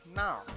now